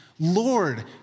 Lord